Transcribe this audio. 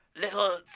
little